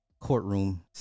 courtroom